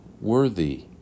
worthy